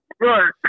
Right